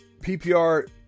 PPR